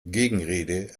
gegenrede